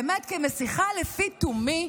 באמת כמסיחה לפי תומי,